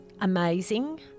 amazing